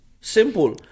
simple